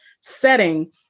setting